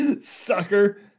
Sucker